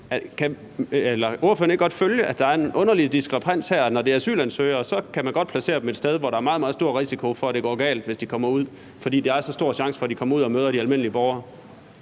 Kan ordføreren ikke godt følge, at der er en underlig diskrepans her? Når det er asylansøgere, kan man godt placere dem et sted, hvor der er meget, meget stor risiko for, at det går galt, hvis de kommer ud, fordi der er så stor en chance for, at de kommer ud og møder de almindelige borgere.